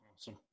Awesome